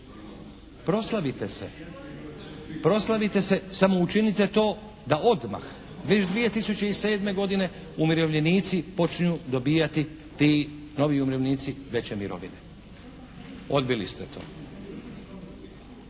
Proslavite se samo učinite to da odmah već 2007. godine umirovljenici počinju dobivati, ti novi umirovljenici veće mirovine. Odbili ste to.